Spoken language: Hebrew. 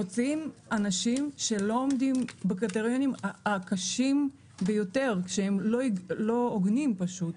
מוציאים אנשים שלא עומדים בקריטריונים הקשים ביותר כשהם לא הוגנים פשוט,